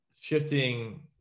shifting